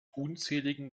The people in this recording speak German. unzähligen